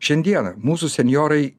šiandieną mūsų senjorai